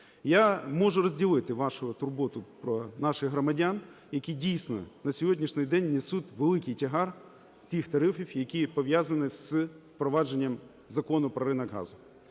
Я можу розділити вашу турботу про наших громадян, які дійсно на сьогоднішній день несуть великий тягар тих тарифів, які пов'язані з провадженням Закону про ринок газу.